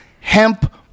hemp